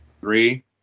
Three